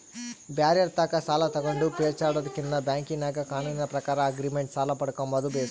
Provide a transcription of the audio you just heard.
ಬ್ಯಾರೆರ್ ತಾಕ ಸಾಲ ತಗಂಡು ಪೇಚಾಡದಕಿನ್ನ ಬ್ಯಾಂಕಿನಾಗ ಕಾನೂನಿನ ಪ್ರಕಾರ ಆಗ್ರಿಮೆಂಟ್ ಸಾಲ ಪಡ್ಕಂಬದು ಬೇಸು